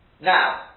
Now